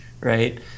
right